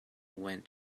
went